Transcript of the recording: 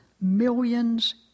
millions